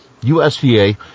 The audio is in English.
USDA